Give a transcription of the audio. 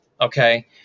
okay